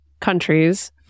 countries